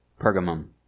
Pergamum